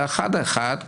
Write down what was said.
אחד-אחד.